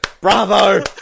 Bravo